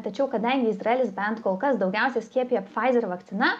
tačiau kadangi izraelis bent kol kas daugiausiai skiepija pfizer vakcina